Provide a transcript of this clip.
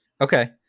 Okay